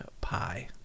pie